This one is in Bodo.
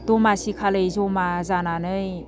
दमासिखालि जमा जानानै